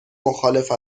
مخالف